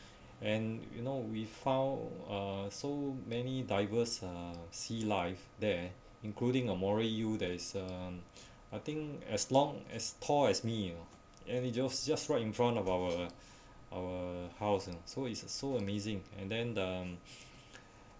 and you know we found uh so many divers uh sea life there including a moral eel there is um I think as long as tall as me you know and it just just right in front of our our house and so it's so amazing and then the